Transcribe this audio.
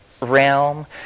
realm